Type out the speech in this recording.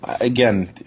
Again